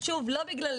תבנו,